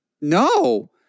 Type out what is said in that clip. no